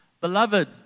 Beloved